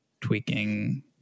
tweaking